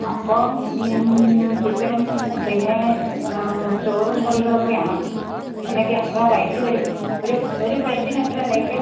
അപ്പവും ചിക്കനും പിന്നെ ചോറും കറികളൊക്കെയാണ് അതിനൊക്കെ എത്ര റേയ്റ്റ് വരും ഒരു ഒരു പ്ലേറ്റിന് എത്രയാണ് റേറ്റ്